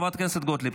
חברת הכנסת גוטליב.